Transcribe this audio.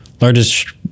largest